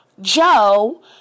Joe